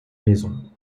maison